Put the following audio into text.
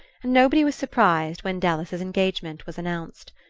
and nobody was surprised when dallas's engagement was announced.